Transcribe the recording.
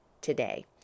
today